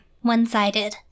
one-sided